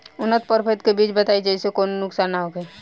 उन्नत प्रभेद के बीज बताई जेसे कौनो नुकसान न होखे?